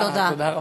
תודה רבה.